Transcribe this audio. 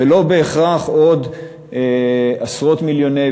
זה לא בהכרח עוד עשרות מיליוני,